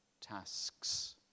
tasks